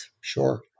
Sure